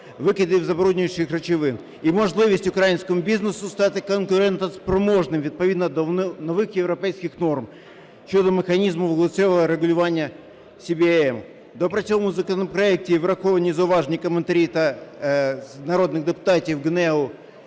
викидів забруднюючих речовин і можливість українському бізнесу стати конкурентоспроможним, відповідно до нових європейських норм щодо механізму галузевого регулювання СВМ. В доопрацьованому законопроекті враховані зауваження, коментарі та... народних депутатів, ГНЕУ,